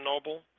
Noble